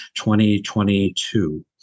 2022